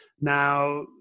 Now